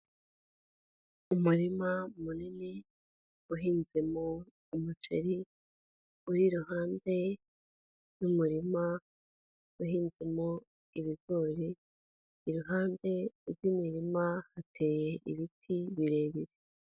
Umurima munini, uhinzemo umuceri, uri iruhande rw'umurima uhinzemo ibigori, iruhande rw'imirima hateye ibiti birebire.